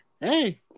Hey